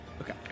Okay